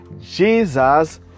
Jesus